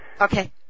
Okay